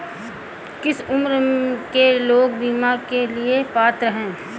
किस उम्र के लोग बीमा के लिए पात्र हैं?